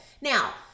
Now